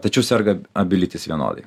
tačiau serga abi lytys vienodai